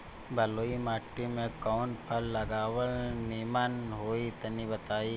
बलुई माटी में कउन फल लगावल निमन होई तनि बताई?